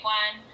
one